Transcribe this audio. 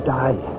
die